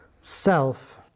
Self